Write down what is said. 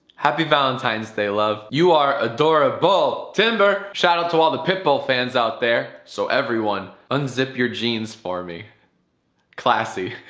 happy valentine's day, love you are adora-bull, timber! shoutout to all the pitbull fans out there, so everyone. unzip your genes for me classy.